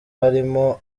harimo